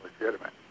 legitimate